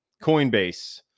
Coinbase